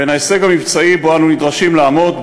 בין ההישג המבצעי שבו אנו נדרשים לעמוד,